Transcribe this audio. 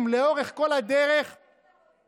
שאתם גורמים לאובדן יכולת ההרתעה של מדינת ישראל.